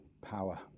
power